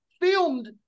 filmed